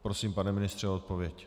Prosím, pane ministře o odpověď.